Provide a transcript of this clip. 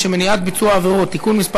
(שירות במשטרה ושירות מוכר) (תיקון מס'